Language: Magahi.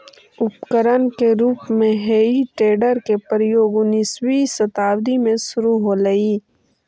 उपकरण के रूप में हेइ टेडर के प्रयोग उन्नीसवीं शताब्दी में शुरू होलइ